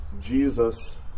Jesus